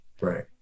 Right